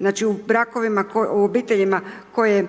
znači u brakovima, u obiteljima koje